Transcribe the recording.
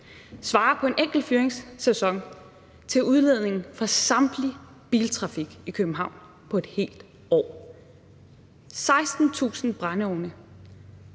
svarer på en enkelt fyringssæson til udledningen fra den samlede biltrafik i København på et helt år – 16.000 brændeovne